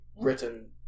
written